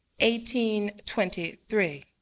1823